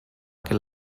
que